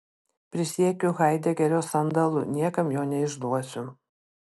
prisiekiu haidegerio sandalu niekam jo neišduosiu